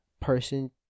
person